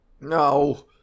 no